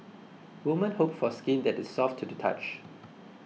woman hope for skin that is soft to the touch